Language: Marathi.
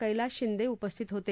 कैलास शिंदे उपस्थित होते